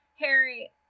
Harry